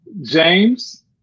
James